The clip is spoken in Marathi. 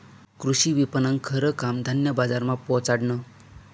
कृषी विपणननं खरं काम धान्य बजारमा पोचाडनं